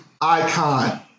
Icon